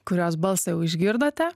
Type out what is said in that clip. kurios balsą jau išgirdote